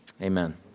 Amen